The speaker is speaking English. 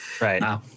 right